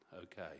okay